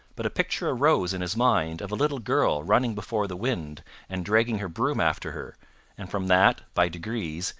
but a picture arose in his mind of a little girl running before the wind and dragging her broom after her and from that, by degrees,